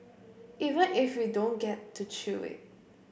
even if we don't get to chew it